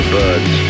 birds